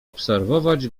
obserwować